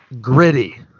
Gritty